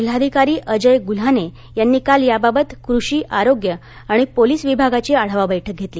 जिल्हाधिकारी अजय गुल्हाने यांनी काल याबाबत कृषी आरोग्य आणि पोलिस विभागाची आढावा बैठक घेतली